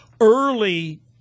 early